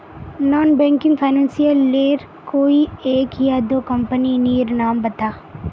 Non banking financial लेर कोई एक या दो कंपनी नीर नाम बता?